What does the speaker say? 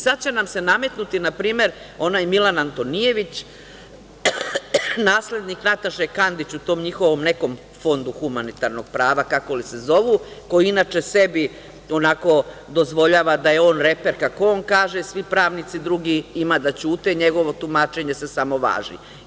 Sada će nam se nametnuti, na primer, onaj Milan Antonijević, naslednik Nataše Kandić u tom njihovom nekom fondu, humanitarnom prava, kako li se zovu, koji inače sebi onako dozvoljava da je on reper kako on kaže, svi pravnici drugi ima da ćute, njegovo tumačenje se samo važi.